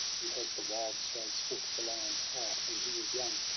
he has the wild stag's foot, the lion's heart and he is young,